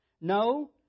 No